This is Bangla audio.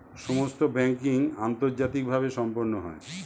সমস্ত ব্যাংকিং আন্তর্জাতিকভাবে সম্পন্ন হয়